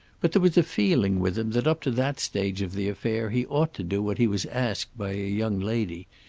but there was a feeling with him that up to that stage of the affair he ought to do what he was asked by a young lady,